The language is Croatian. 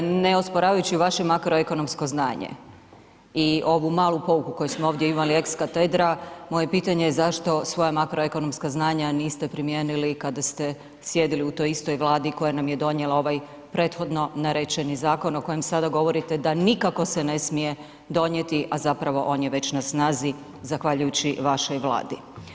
Ne osporavajući vaše makroekonomsko znanje i ovu malu pouku koju smo ovdje imali ex katedra, moje pitanje je zašto svoja makroekonomska znanja niste primijenili kada ste sjedili u toj istoj vladi koja nam je donijela ovaj prethodno narečeni zakon o kojem sada govorite da nikako se ne smije donijeti, a zapravo on je već na snazi zahvaljujući vašoj vladi.